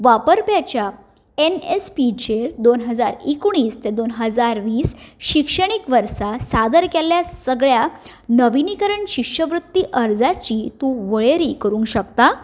वापरप्याच्या एनएसपीचेर दोन हजार एकुणीस ते दोन हजार वीस शिक्षणीक वर्सा सादर केल्ल्या सगळ्या नविनीकरण शिश्यवृत्ती अर्जांची तूं वळेरी करूंक शकता